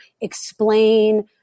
explain